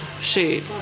shoot